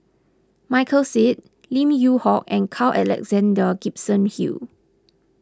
Michael Seet Lim Yew Hock and Carl Alexander Gibson Hill